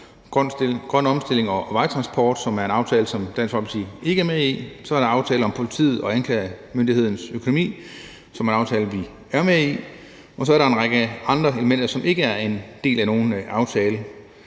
grøn omstilling af vejtransporten, som er en aftale, som Dansk Folkeparti ikke er med i, og aftale om politiets og anklagemyndighedens økonomi, som er en aftale, vi er med i. Og så er der en række andre elementer, som ikke er en del af nogen aftale.